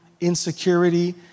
insecurity